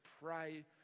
pray